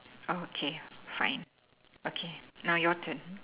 okay fine okay now your turn